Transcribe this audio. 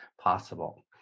possible